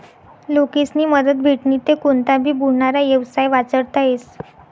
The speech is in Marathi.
लोकेस्नी मदत भेटनी ते कोनता भी बुडनारा येवसाय वाचडता येस